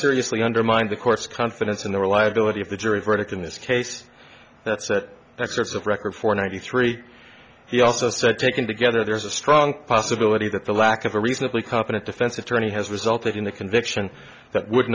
seriously undermined the court's confidence in the reliability of the jury's verdict in this case that's it that's there's a record for ninety three he also said taken together there's a strong possibility that the lack of a reasonably competent defense attorney has resulted in a conviction that would